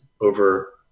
over